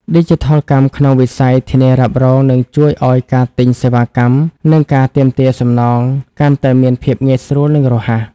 ឌីជីថលកម្មក្នុងវិស័យធានារ៉ាប់រង នឹងជួយឱ្យការទិញសេវាកម្ម និងការទាមទារសំណងកាន់តែមានភាពងាយស្រួល និងរហ័ស។